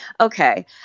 Okay